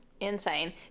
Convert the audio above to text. insane